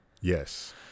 Yes